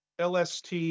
LST